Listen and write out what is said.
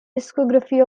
discography